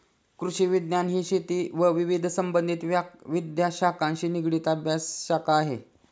कृषिविज्ञान ही शेती व विविध संबंधित विद्याशाखांशी निगडित अभ्यासशाखा आहे